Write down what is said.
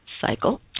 Cycle